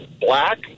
Black